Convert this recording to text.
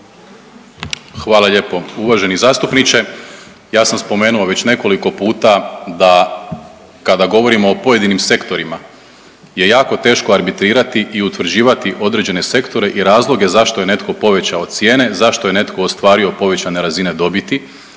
Hvala lijepo. Uvaženi zastupniče ja sam spomenuo već nekoliko puta da kada govorimo o pojedinim sektorima je jako teško arbitrirati i utvrđivati određene sektore i razloge zašto je netko povećao cijene, zašto je netko ostvario povećane razine dobiti